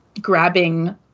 grabbing